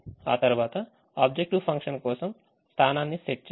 ఆ తర్వాత objective function కోసం స్థానాన్ని సెట్ చేయండి